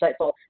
insightful